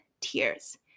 tears